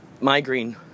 migraine